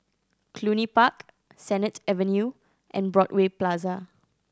Cluny Park Sennett Avenue and Broadway Plaza